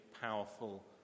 powerful